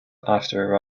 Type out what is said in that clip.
after